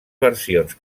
versions